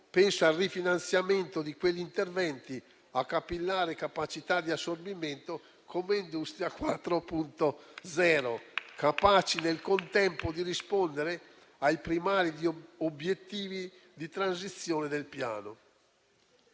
penso al rifinanziamento di quegli interventi a capillare capacità di assorbimento come Industria 4.0, capaci al contempo di rispondere ai primari obiettivi di transizione del Piano.